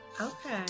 Okay